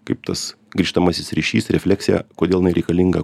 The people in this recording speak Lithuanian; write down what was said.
kaip tas grįžtamasis ryšys refleksija kodėl jinai reikalinga